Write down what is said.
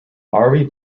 eyre